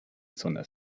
zonas